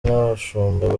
n’abashumba